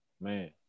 Man